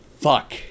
fuck